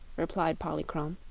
replied polychrome.